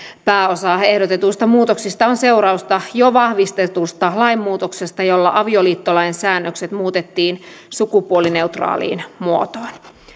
pääosa ehdotetuista muutoksista on seurausta jo vahvistetusta lainmuutoksesta jolla avioliittolain säännökset muutettiin sukupuolineutraaliin muotoon